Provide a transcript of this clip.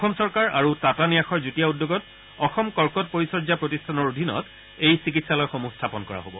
অসম চৰকাৰ আৰু টাটা ন্যাসৰ যুটীয়া উদ্যোগত অসম কৰ্কট পৰিচৰ্যা প্ৰতিষ্ঠানৰ অধীনত এই চিকিৎসালয়সমূহ স্থাপন কৰা হব